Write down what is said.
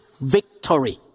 Victory